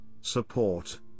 support